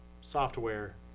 software